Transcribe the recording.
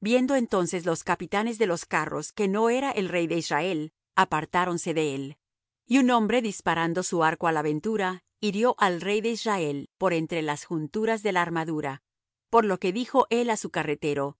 viendo entonces los capitanes de los carros que no era el rey de israel apartáronse de él y un hombre disparando su arco á la ventura hirió al rey de israel por entre las junturas de la armadura por lo que dijo él á su carretero